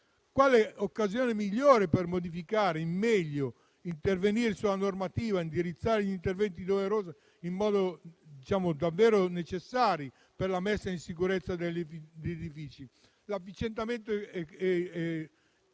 Quale occasione migliore per modificare in meglio, dunque, per intervenire sulla normativa, indirizzare gli interventi davvero necessari per la messa in sicurezza degli edifici,